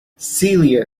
celia